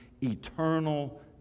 eternal